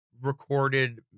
recorded